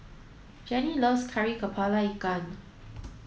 Gennie loves Kari Kepala Ikan